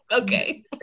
Okay